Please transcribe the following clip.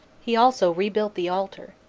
he also rebuilt the altar,